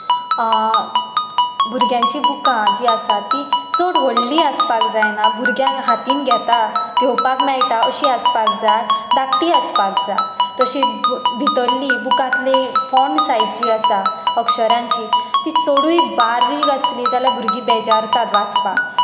भुरग्यांचीं बुकां जी आसा ती चड व्हडलीं आसपाक जायना भुरग्यांक हातीन घेता घेवपाक मेळटा अशीं आसपाक जाय धाकटीं आसपाक जाय तशी भितरली बुकांतली फॉन्ट सायज जी आसा अक्षरांची ती चडूय बारीक आसली जाल्यार भुरगीं बेजारतात वाचपाक